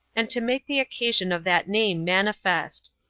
and to make the occasion of that name manifest.